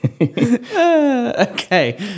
Okay